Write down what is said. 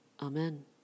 Amen